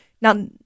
now